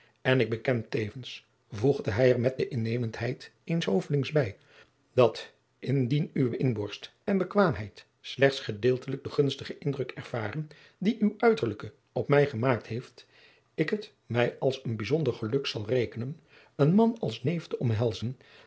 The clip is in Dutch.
en ik beken tevens voegde hij er met de innemenheid eens hovelings bij dat indien uwe inborst en bekwaamheid slechts gedeeltelijk den gunstigen indruk evenaren dien uw uiterlijke op mij gemaakt heeft ik het mij als een bijzonder geluk zal rekenen een man als neef te omhelzen